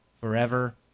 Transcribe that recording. forever